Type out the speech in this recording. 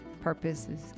purposes